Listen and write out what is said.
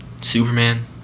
Superman